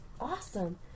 Awesome